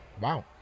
Wow